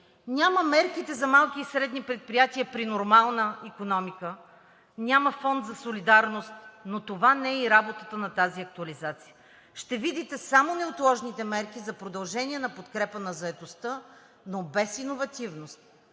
Няма мерките за малки и средни предприятия при нормална икономика, няма фонд за солидарност. Но това не е и работата на тази актуализация. Ще видите само неотложните мерки за продължение на подкрепа на заетостта, но без иновативност.